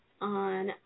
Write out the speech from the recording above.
on